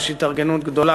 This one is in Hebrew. יש התארגנות גדולה,